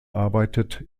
arbeitet